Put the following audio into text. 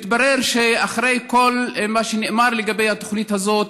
מתברר שאחרי כל מה שנאמר לגבי התוכנית הזאת,